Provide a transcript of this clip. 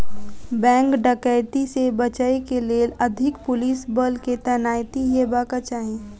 bank डकैती से बचय के लेल अधिक पुलिस बल के तैनाती हेबाक चाही